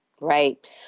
Right